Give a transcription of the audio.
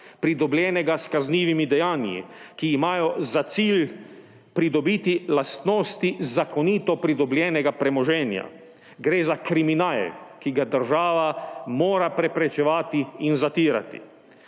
pridobljenega s kaznivimi dejanji, ki imajo za cilj pridobiti lastnosti zakonito pridobljenega premoženja. Gre za kriminal, ki ga država mora preprečevati in zatirati.